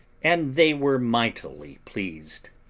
and they were mightily pleased.